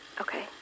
okay